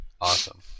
Awesome